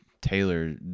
Taylor